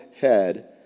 head